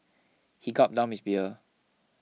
he gulped down his beer